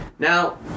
Now